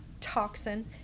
toxin